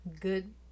Good